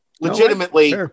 Legitimately